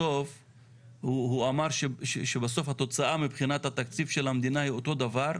הוא אמר שבסוף התוצאה מבחינת התקציב של המדינה היא אותו דבר.